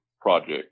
project